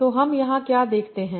तो हम यहाँ क्या देखते हैं